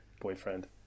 boyfriend